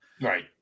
Right